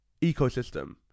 ecosystem